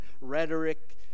rhetoric